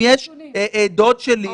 אם דוד שלי,